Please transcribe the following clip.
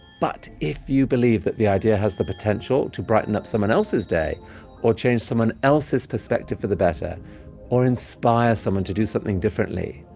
but if you believe that the idea has the potential to brighten up someone else's day or change someone else's perspective for the better or inspire someone to do something differently,